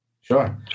Sure